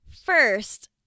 First